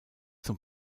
zum